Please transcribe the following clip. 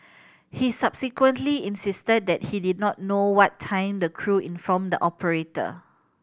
he subsequently insisted that he did not know what time the crew informed the operator